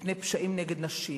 מפני פשעים נגד נשים,